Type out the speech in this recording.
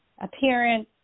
appearance